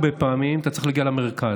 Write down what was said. הרבה פעמים אתה צריך להגיע למרכז.